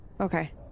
Okay